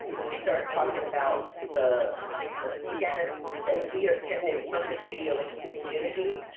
when we start talking about the the pianists that we are sending from this studio into the community,